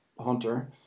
hunter